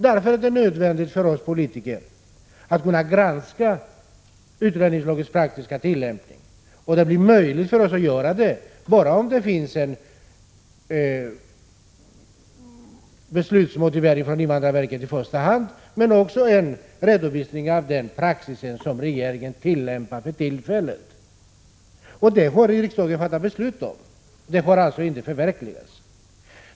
Därför är det nödvändigt för oss politiker att kunna granska utlänningslagens praktiska tillämpning, och det blir möjligt för oss att göra det bara om det finns en beslutsmotivering från invandrarverket i första hand, men också en redovisning av den praxis som regeringen tillämpar för tillfället. Detta har riksdagen fattat beslut om, men det har alltså inte förverkligats.